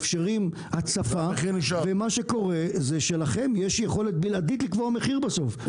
מאפשרים הצפה ומה שקורה זה שלכם יש יכולת בלעדית לקבוע מחיר בסוף.